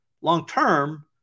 Long-term